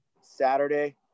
Saturday